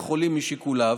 לצערי, בית החולים, משיקוליו,